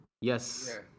yes